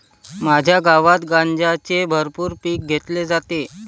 माझ्या गावात गांजाचे भरपूर पीक घेतले जाते